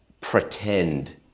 pretend